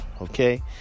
Okay